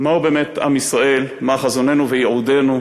מהו באמת עם ישראל, מה חזוננו וייעודנו,